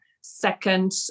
second